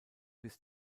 bis